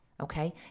Okay